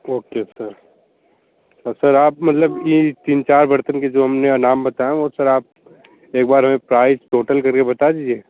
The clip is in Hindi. ओके सर और सर आप मतलब कि तीन चार बर्तन के जो हम ने नाम बताए वो सर आप एक बार हमें प्राइस टोटल कर के बता दीजिए